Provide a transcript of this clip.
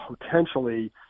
potentially